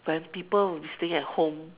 when people will be staying at home